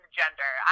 gender